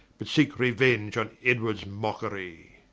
but seeke reuenge on edwards mockery.